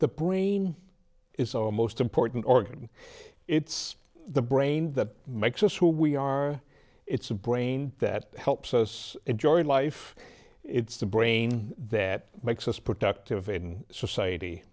the brain is our most important organ it's the brain that makes us who we are it's a brain that helps us enjoy life it's the brain that makes us productive in society